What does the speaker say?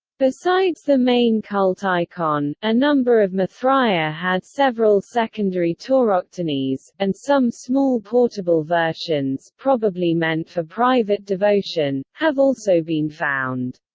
besides the main cult icon, a number of mithraea had several secondary tauroctonies, and some small portable versions, probably meant for private devotion, have also been found